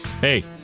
Hey